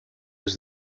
was